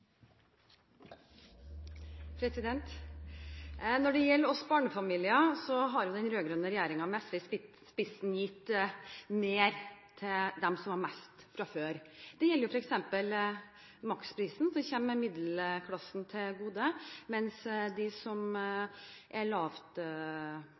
Når det gjelder oss barnefamilier, har den rød-grønne regjeringen, med SV i spissen, gitt mer til dem som har mest fra før. Det gjelder f.eks. maksprisen, som kommer middelklassen til gode, mens de som